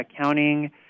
accounting